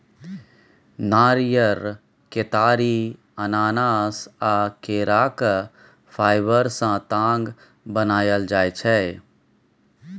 नारियर, केतारी, अनानास आ केराक फाइबर सँ ताग बनाएल जाइ छै